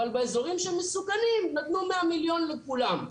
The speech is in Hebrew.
אבל באזורים שמסוכנים נתנו 100 מיליון לכולם.